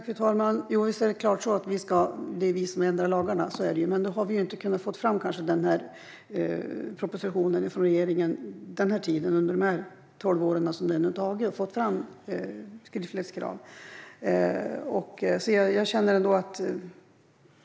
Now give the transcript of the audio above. Fru talman! Visst är det vi som ändrar lagarna; så är det ju. Men vi har ju inte kunnat få fram en proposition från regeringen under de tolv år som det tagit att få fram skriftlighetskrav.